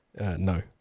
No